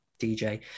dj